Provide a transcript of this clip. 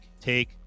take